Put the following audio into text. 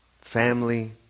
family